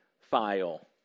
file